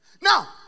Now